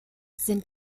sind